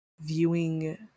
viewing